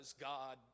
God